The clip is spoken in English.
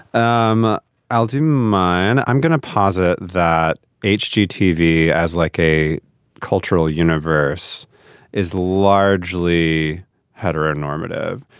um i'll do mine. i'm going to posit that hgtv as like a cultural universe is largely heteronormative.